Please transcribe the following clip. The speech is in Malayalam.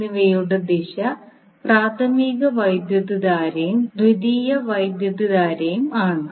എന്നിവയുടെ ദിശ പ്രാഥമിക വൈദ്യുതധാരയും ദ്വിതീയ വൈദ്യുതധാരയും ആണ്